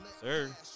Sir